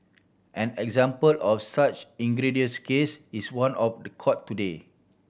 an example of such egregious case is one of the court today